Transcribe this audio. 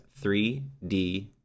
3D